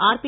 RB